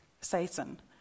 Satan